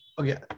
Okay